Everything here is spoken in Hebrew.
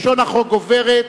לשון החוק גוברת,